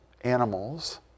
animals